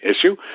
issue